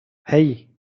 hey